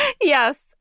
Yes